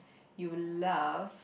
you love